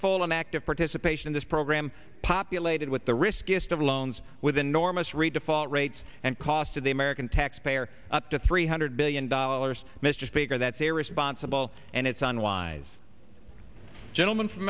and active participation in this program populated with the riskiest of loans with enormous redefault rates and cost of the american taxpayer up to three hundred billion dollars mr speaker that's irresponsible and it's unwise gentleman from